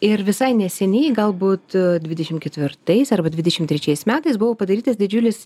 ir visai neseniai galbūt dvidešimt ketvirtais arba dvidešimt trečiais metais buvo padarytas didžiulis